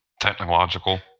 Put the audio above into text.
Technological